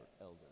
elder